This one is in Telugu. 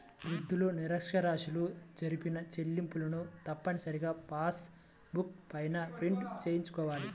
వృద్ధులు, నిరక్ష్యరాస్యులు జరిపిన చెల్లింపులను తప్పనిసరిగా పాస్ బుక్ పైన ప్రింట్ చేయించుకోవాలి